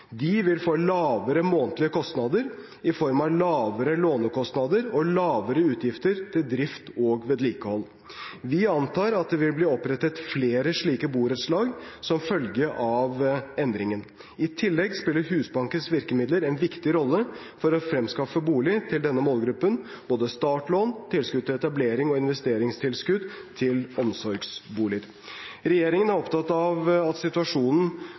De vil få lavere månedlige kostnader, i form av lavere lånekostnader og lavere utgifter til drift og vedlikehold. Vi antar at det vil bli opprettet flere slike borettslag som følge av endringen. I tillegg spiller Husbankens virkemidler en viktig rolle for å fremskaffe bolig til denne målgruppen – både startlån, tilskudd til etablering og investeringstilskudd til omsorgsboliger. Regjeringen er opptatt av at situasjonen